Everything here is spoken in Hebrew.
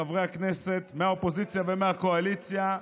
חברי הכנסת מהאופוזיציה ומהקואליציה,